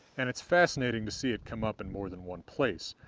and it's fascinating to see it come up in more than one place.